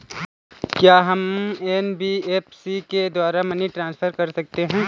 क्या हम एन.बी.एफ.सी के द्वारा मनी ट्रांसफर कर सकते हैं?